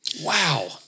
Wow